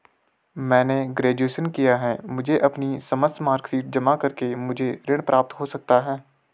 मैंने ग्रेजुएशन किया है मुझे अपनी समस्त मार्कशीट जमा करके मुझे ऋण प्राप्त हो सकता है?